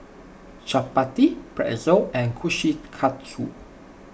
Chapati Pretzel and Kushikatsu